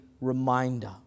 reminder